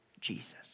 Jesus